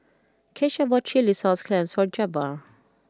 Kesha bought Chilli Sauce Clams for Jabbar